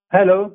Hello